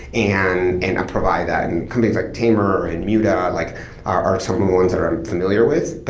and and i provide that in companies like tamer and muda like are um and are i'm familiar with.